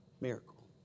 miracle